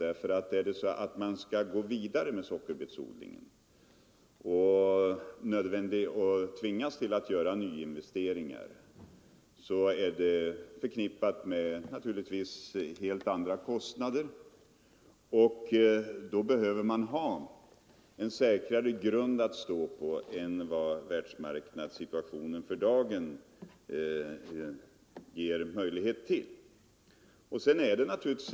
Skall man gå vidare med sockerbetsodlingen och tvingas göra nyinvesteringar, så är det naturligtvis förknippat med helt andra kostnader. Då behöver man ha en säkrare grund att stå på än vad världsmarknadssituationen för dagen ger möjlighet till.